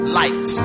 light